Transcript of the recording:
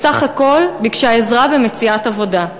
בסך הכול ביקשה עזרה במציאת עבודה.